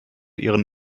ihren